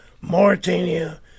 Mauritania